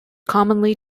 commonly